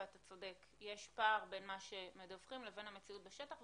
ואתה צודק - יש פער בין מה שמדווחים לבין המציאות בשטח,